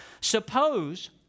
Suppose